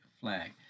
flag